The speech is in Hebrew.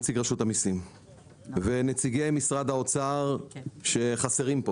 נציג רשות המיסים ונציגי משרד האוצר שחסרים פה